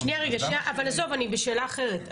שנייה רגע, אבל עזוב, אני בשאלה אחרת.